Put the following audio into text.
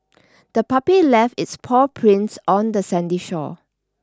the puppy left its paw prints on the sandy shore